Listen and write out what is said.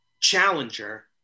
challenger